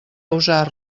usar